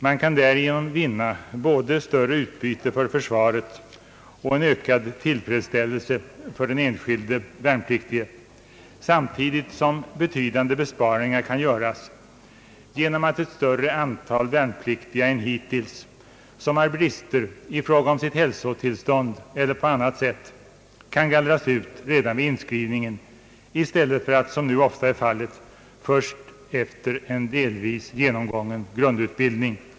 Man kan därigenom vinna både större utbyte för försvaret och ökad tillfredsställelse för den enskilde värnpliktige, samtidigt som betydande besparingar kan göras genom att ett större antal värnpliktiga än hittills, som har brister i fråga om sitt hälsotillstånd eller i andra avseenden, kan gallras ut redan vid inskrivningen i stället för som nu ofta är fallet först efter en delvis genomgången grundutbildning.